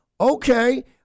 okay